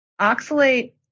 oxalate